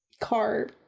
car